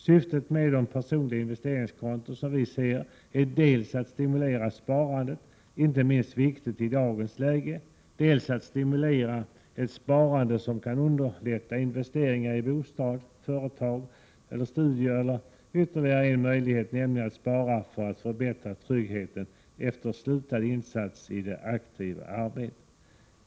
Syftet med personliga investeringskonton är dels att stimulera sparandet — vilket är inte minst viktigt i dagens läge — dels att stimulera ett sparande som kan underlätta investeringar i bostad, företag eller studier, dels att möjliggöra sparande för att förbättra tryggheten efter avslutad insats i det aktiva arbetet.